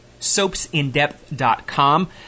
soapsindepth.com